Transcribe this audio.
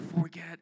forget